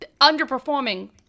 underperforming